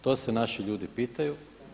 To se naši ljudi pitaju.